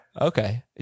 okay